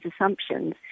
assumptions